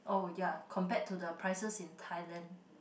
oh ya compared to the prices in Thailand